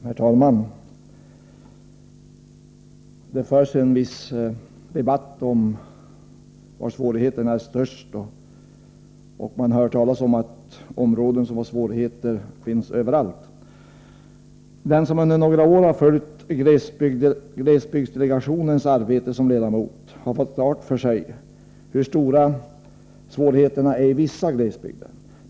Herr talman! Det förs en viss debatt om var svårigheterna är störst, och man hör talas om att områden som har svårigheter finns överallt. Den som under några år har följt glesbygdsdelegationens arbete som ledamot har fått klart för sig hur stora svårigheterna är i vissa glesbygder.